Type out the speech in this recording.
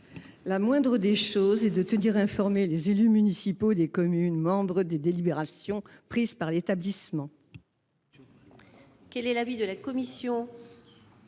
La moindre des choses est de tenir informés les élus municipaux des communes membres des délibérations prises par l'établissement. Quel est l'avis de la commission ?